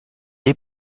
est